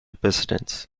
presidents